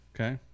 Okay